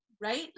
right